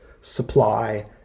supply